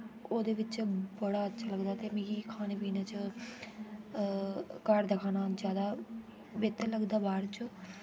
ओह्दे बिच बड़ा अच्छा मतलब ते मिगी खाने पीने च घर दा खाना जैदा बेह्तर लगदा बाह्र च